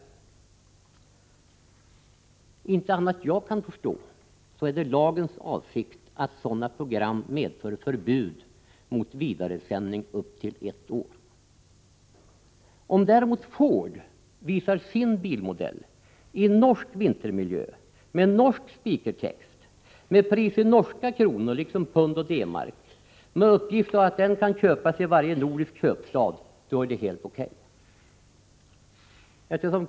Såvitt jag kan förstå är det lagens avsikt att sådana program skulle medföra förbud mot vidaresändning på upp till ett år. Om däremot Ford visar sin bilmodell i norsk vintermiljö, med norsk speakertext, med pris i norska kronor liksom i pund och D-mark, med uppgift om att den kan köpas i varje nordisk köpstad, då skulle det vara helt O.K.